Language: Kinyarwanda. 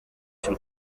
cy’u